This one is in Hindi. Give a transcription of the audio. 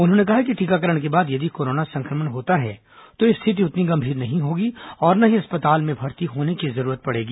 उन्होंने कहा कि टीकाकरण के बाद यदि कोरोना संक्रमण होता है तो स्थिति उतनी गंभीर नहीं होगी और न ही अस्पताल में भर्ती होने की जरूरत पड़ेगी